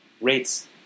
rates